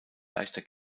leichter